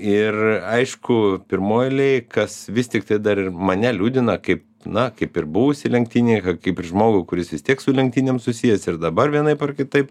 ir aišku pirmoj eilėj kas vis tiktai dar mane liūdina kaip na kaip ir buvusį lenktynininką kaip ir žmogų kuris vis tiek su lenktynėm susijęs ir dabar vienaip ar kitaip